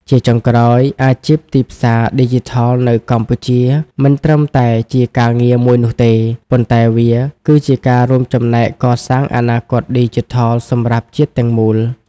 ជាចុងក្រោយ អាជីពទីផ្សារឌីជីថលនៅកម្ពុជាមិនត្រឹមតែជាការងារមួយនោះទេ ប៉ុន្តែវាគឺជាការរួមចំណែកកសាងអនាគតឌីជីថលសម្រាប់ជាតិទាំងមូល។